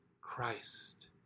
Christ